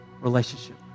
relationship